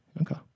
Okay